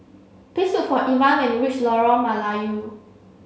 please look for Evan when you reach Lorong Melayu